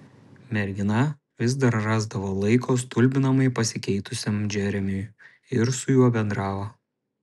mergina vis dar rasdavo laiko stulbinamai pasikeitusiam džeremiui ir su juo bendravo